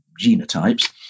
genotypes